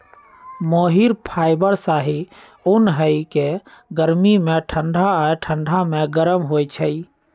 मोहिर fibre शाहि उन हइ के गर्मी में ठण्डा आऽ ठण्डा में गरम होइ छइ